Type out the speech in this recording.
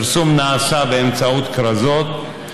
הפרסום נעשה באמצעות כרזות,